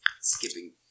skipping